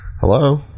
Hello